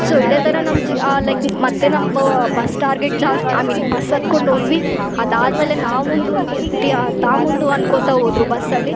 so ಇದೆ ಥರ ನಮ್ಮ ಜಿ ಲೈಕ್ ಮತ್ತು ನಮ್ಮ ಬಸ್ ಟಾರ್ಗೆಟ್ ಜಾಸ್ ಐ ಮೀನು ಬಸ್ ಹತ್ಕೊಂಡು ಹೋದ್ವಿ ಅದಾದ ಮೇಲೆ ನಾವು ಮುಂದು ನೀ ತಿಯಾ ತಾಮುಂದು ಅನ್ಕೊತಾ ಹೋದ್ರು ಬಸ್ಸಲ್ಲಿ